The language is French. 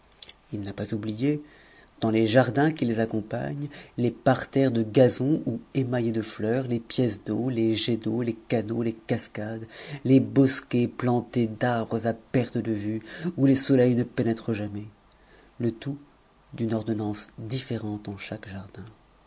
ii n'a pas oublié dans les jardins qui les accompagnent les parterres de gazon ou émaittés de fleurs les pièces d'eau les jets d'eau les canaux les cascades les bosquets plantés d'arbres à perte de vue où le soleil ne pénètre jamais le tout d'une ordonnance disercnte en chaque jardin